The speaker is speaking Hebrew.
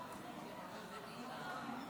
נמנעים.